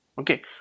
Okay